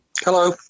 hello